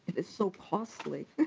is so costly.